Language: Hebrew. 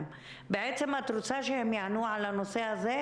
בעצם את רוצה שהם יענו על הנושא הזה,